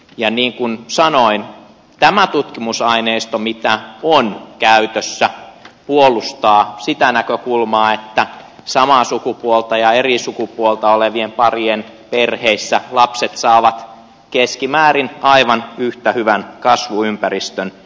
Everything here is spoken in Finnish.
ja niin kuin sanoin tämä tutkimusaineisto mitä on käytössä puolustaa sitä näkökulmaa että samaa sukupuolta ja eri sukupuolta olevien parien perheissä lapset saavat keskimäärin aivan yhtä hyvän kasvuympäristön